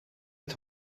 het